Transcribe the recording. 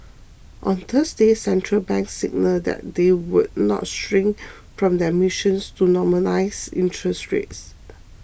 on Thursday central banks signalled that they would not shirk from their missions to normalise interest rates